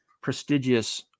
prestigious